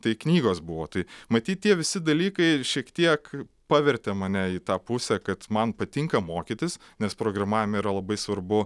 tai knygos buvo tai matyt tie visi dalykai šiek tiek pavertė mane į tą pusę kad man patinka mokytis nes programavime yra labai svarbu